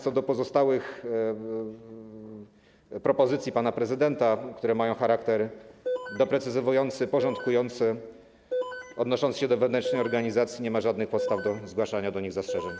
Co do pozostałych propozycji pana prezydenta, które mają charakter doprecyzowujący, porządkujący, odnoszący się do organizacji, nie ma żadnych podstaw do zgłaszania wobec nich zastrzeżeń.